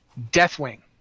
Deathwing